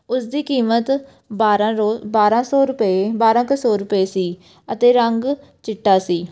ਉਸ ਦੀ ਕੀਮਤ ਬਾਰਾਂ ਰੋ ਬਾਰਾਂ ਸੌ ਰੁਪਏ ਬਾਰਾਂ ਕੁ ਸੌ ਰੁਪਏ ਸੀ ਅਤੇ ਰੰਗ ਚਿੱਟਾ ਸੀ